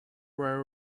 were